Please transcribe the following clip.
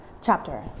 chapter